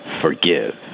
forgive